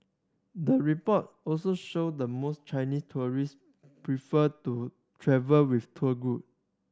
the report also show the most Chinese tourist prefer to travel with tour group